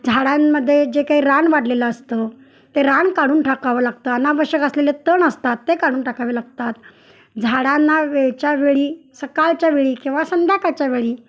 झाडांमध्ये जे काही रान वाढलेलं असतं ते रान काढून टाकावं लागतं अनावश्यक असलेले तण असतात ते काढून टाकावे लागतात झाडांना वेळच्या वेळी सकाळच्या वेळी किंवा संध्याकाळच्या वेळी